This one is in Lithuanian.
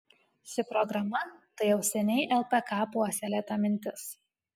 ši programa tai jau seniai lpk puoselėta mintis